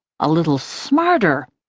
a little smarter,